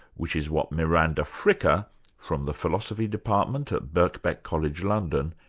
which is what miranda fricker from the philosophy department at birkbeck college, london,